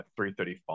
335